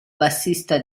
bassista